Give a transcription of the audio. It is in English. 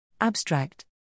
Abstract